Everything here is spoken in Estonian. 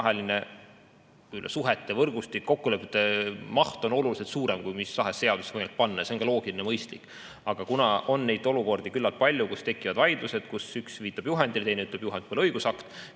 vaheline suhetevõrgustik, kokkulepete maht on oluliselt suurem, kui mis tahes seadusesse võib panna. See on ka loogiline, mõistlik. Aga kuna neid olukordi on küllalt palju, kus tekivad vaidlused, kus üks viitab juhendile, teine ütleb, et juhend pole õigusakt,